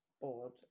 board